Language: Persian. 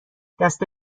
دسته